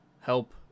help